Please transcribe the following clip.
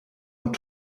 und